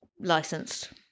licensed